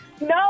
No